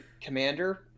commander